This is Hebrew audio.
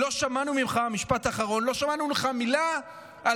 משפט אחרון: לא שמענו ממך מילה על